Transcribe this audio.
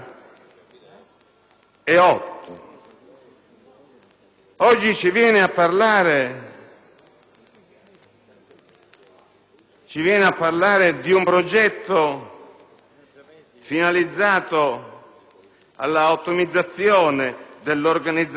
Oggi ci viene a parlare di un progetto finalizzato all'ottimizzazione dell'organizzazione giudiziaria